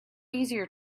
easier